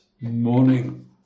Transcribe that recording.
morning